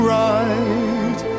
right